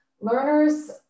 Learners